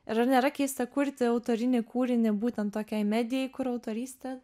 ir ar nėra keista kurti autorinį kūrinį būtent tokiai medijai kur autorystė